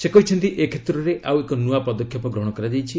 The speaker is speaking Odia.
ସେ କହିଛନ୍ତି ଏ କ୍ଷେତ୍ରରେ ଆଉ ଏକ ନ୍ତଆ ପଦକ୍ଷେପ ଗ୍ରହଣ କରାଯାଇଛି